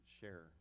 share